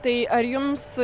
tai ar jums